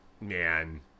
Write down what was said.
man